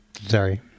Sorry